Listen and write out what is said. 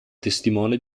testimone